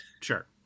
Sure